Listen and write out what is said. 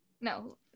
no